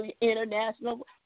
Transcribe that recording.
international